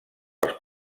els